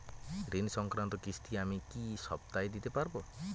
ঋণ সংক্রান্ত কিস্তি আমি কি সপ্তাহে দিতে পারবো?